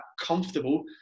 comfortable